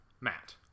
Matt